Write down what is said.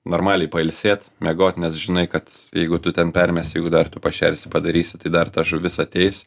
normaliai pailsėt miegot nes žinai kad jeigu tu ten permesi jegu dar tu pašersi padarysi tai dar ta žuvis ateis